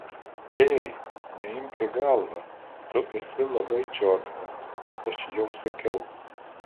ei neimk į galvą tu esi labai čiotka aš jau sakiau